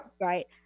right